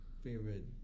favorite